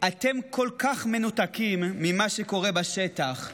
אתם כל כך מנותקים ממה שקורה בשטח.